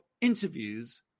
interviews